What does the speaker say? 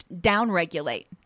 down-regulate